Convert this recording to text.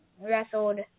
wrestled